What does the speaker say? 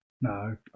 no